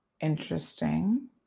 Interesting